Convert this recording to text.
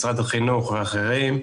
משרד החינוך ואחרים,